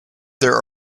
there